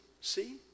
See